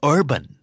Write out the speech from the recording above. Urban